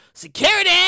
Security